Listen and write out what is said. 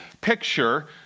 picture